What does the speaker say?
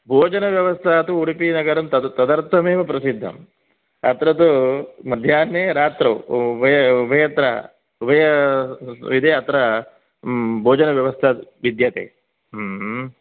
भोजनव्यवस्था तु उडुपिनगरं तद् तदर्थमेव प्रसिद्धं अत्र तु मध्याह्ने रात्रौ उभय उभयत्र उभय विधे अत्र भोजनव्यवस्था विद्यते